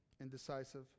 indecisive